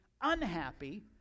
unhappy